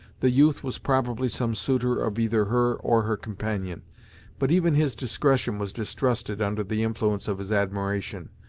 the youth was probably some suitor of either her or her companion but even his discretion was distrusted under the influence of his admiration.